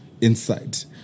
insight